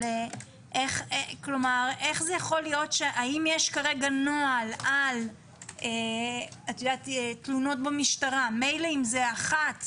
האם יש כרגע נוהל על תלונות במשטרה מילא אם זה אחת,